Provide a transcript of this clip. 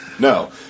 No